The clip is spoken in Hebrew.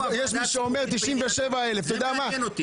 יש מי שאומר 97,000 -- זה העניין.